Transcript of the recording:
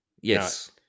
Yes